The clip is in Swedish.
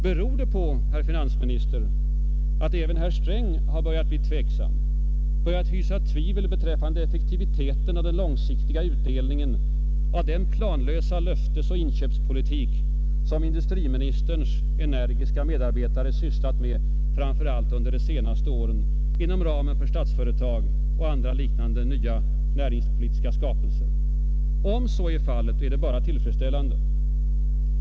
Beror det på, herr finansminister, att även herr Sträng har börjat bli tveksam och hysa tvivel beträffande effektiviteten och den långsiktiga utdelningen av den planlösa löftesoch inköpspolitik som industriministerns energiska medarbetare sysslat med framför allt under de senaste åren inom ramen för AB Statsföretag och andra liknande nya näringspolitiska skapelser? Om så är fallet, är det bara tillfredsställande.